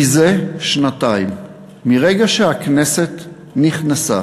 מזה שנתיים, מרגע שהכנסת נכנסה